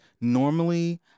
Normally